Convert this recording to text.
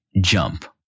jump